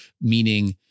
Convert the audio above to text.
meaning